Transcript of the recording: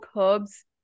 herbs